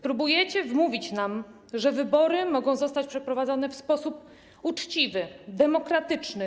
Próbujecie wmówić nam, że wybory mogą zostać przeprowadzone w sposób uczciwy, demokratyczny.